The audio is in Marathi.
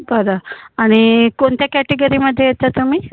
बरं आणि कोणत्या कॅटेगरीमध्ये येता तुम्ही